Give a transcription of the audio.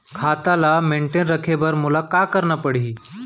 खाता ल मेनटेन रखे बर मोला का करना पड़ही?